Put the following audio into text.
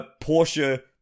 Porsche